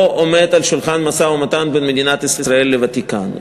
לא עומד על שולחן המשא-ומתן בין מדינת ישראל לוותיקן.